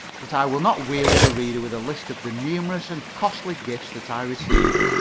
but i will not weary the reader with a list of the numerous and costly gifts that i received.